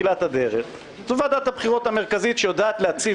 זו ועדת הבחירות המרכזית שיודעת להציב